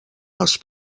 els